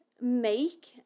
make